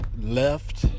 left